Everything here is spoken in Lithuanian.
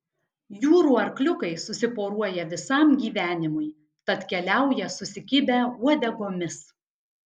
jūrų arkliukai susiporuoja visam gyvenimui tad keliauja susikibę uodegomis